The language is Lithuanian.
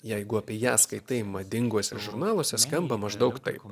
jeigu apie ją skaitai madinguose žurnaluose skamba maždaug taip